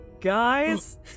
Guys